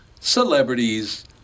celebrities